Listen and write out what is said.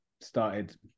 started